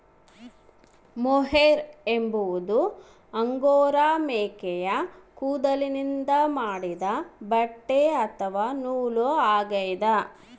mohair ಎಂಬುದು Angora ಮೇಕೆಯ ಕೂದಲಿನಿಂದ ಮಾಡಿದ ಬಟ್ಟೆ ಅಥವಾ ನೂಲು ಆಗ್ಯದ